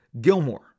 Gilmore